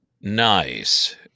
Nice